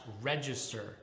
register